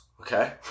okay